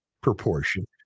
proportion